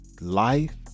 life